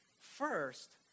First